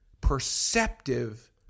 perceptive